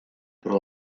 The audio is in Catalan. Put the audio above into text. però